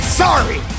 sorry